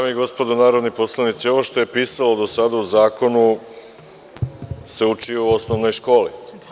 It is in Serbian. Dame i gospodo narodni poslanici, ovo što je pisalo do sada u zakonu se uči u osnovnoj školi.